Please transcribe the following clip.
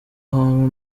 hantu